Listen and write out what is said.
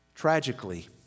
Tragically